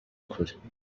kure